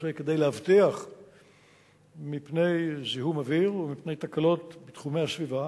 עושה כדי לאבטח מפני זיהום אוויר ומפני תקלות בתחומי הסביבה,